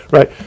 Right